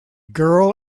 girl